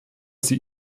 sie